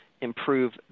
improve